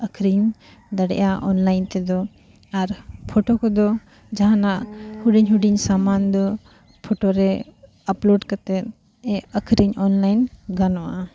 ᱟᱹᱠᱷᱨᱤᱧ ᱫᱟᱲᱮᱭᱟᱜᱼᱟ ᱚᱱᱞᱟᱭᱤᱱ ᱛᱮᱫᱚ ᱟᱨ ᱯᱷᱳᱴᱳ ᱠᱚᱫᱚ ᱡᱟᱦᱟᱱᱟᱜ ᱦᱩᱰᱤᱧ ᱦᱩᱰᱤᱧ ᱥᱟᱢᱟᱱ ᱫᱚ ᱯᱷᱚᱴᱳ ᱨᱮ ᱟᱯᱞᱳᱰ ᱠᱟᱛᱮᱫ ᱟᱹᱠᱷᱟᱨᱤᱧ ᱚᱱᱞᱟᱭᱤᱱ ᱜᱟᱱᱚᱜᱼᱟ